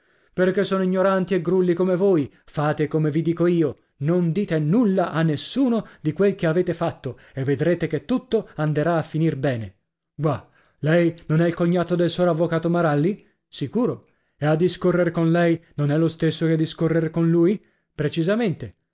perché sono ignoranti e grulli come voi fate come vi dico io non dite nulla a nessuno di quel che avete fatto e vedrete che tutto anderà a finir bene gua lei non è il cognato del sor avvocato maralli sicuro e a discorrer con lei non è lo stesso che discorrer con lui precisamente